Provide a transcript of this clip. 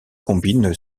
combine